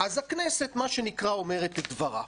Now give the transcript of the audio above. אז הכנסת, מה שנקרא אומרת את דברה.